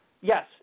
yes